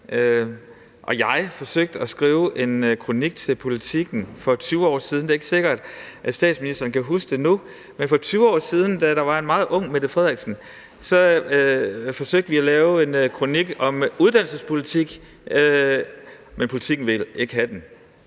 siden forsøgte at skrive en kronik til Politiken. Det er ikke sikkert, at statsministeren kan huske det nu, men vi forsøgte for 20 år siden, da der var en meget ung Mette Frederiksen, at lave en kronik om uddannelsespolitik, men Politiken ville ikke have den.